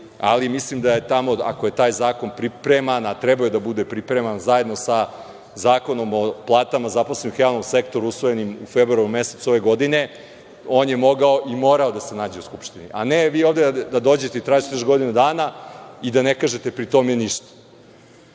ali mislim da ako je taj zakon pripreman, a trebao je da bude pripreman zajedno sa Zakonom o platama zaposlenih u javnom sektoru usvojenim u februaru mesecu ove godine, on je mogao i morao da se nađe u Skupštini, a ne da vi ovde dođete i tražite još godinu dana i da ne kažete pri tome ništa. Druge